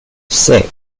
six